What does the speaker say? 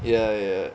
ya ya